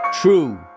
True